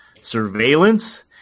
surveillance